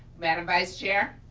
madam vice chair.